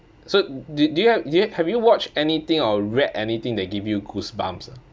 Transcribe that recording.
so did you have you have you watched anything or read anything that give you goosebumps ah